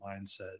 mindset